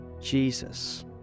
Jesus